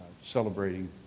celebrating